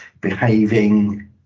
behaving